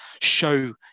show